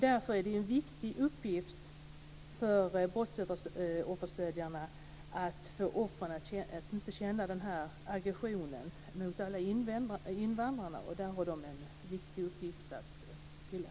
Därför är det en viktig uppgift för brottsofferstödjarna att få offren att inte känna aggression mot alla invandrare. Där har de en viktig uppgift att fylla.